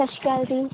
ਸਤਿ ਸ੍ਰੀ ਅਕਾਲ ਜੀ